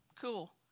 Cool